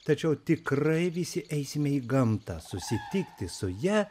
tačiau tikrai visi eisime į gamtą susitikti su ja